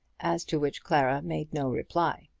as to which clara made no reply.